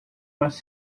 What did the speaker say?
was